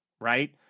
right